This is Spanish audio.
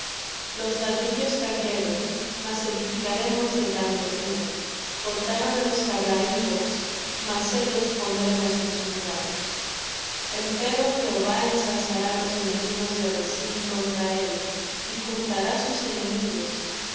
los ladrillos cayeron mas edificaremos de cantería cortaron los cabrahigos mas cedros pondremos en su lugar empero jehová ensalzará los enemigos de rezín contra él y juntará sus enemigos